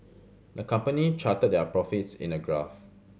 the company charted their profits in a graph